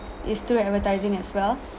is through advertising as well